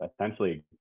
essentially